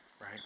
right